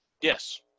Yes